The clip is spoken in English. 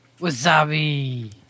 Wasabi